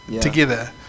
together